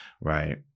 right